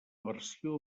versió